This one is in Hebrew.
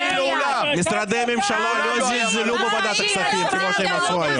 משרדי ממשלה לא זלזלו בוועדת הכספים כפי שעשו היום.